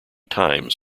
times